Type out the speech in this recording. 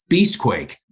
Beastquake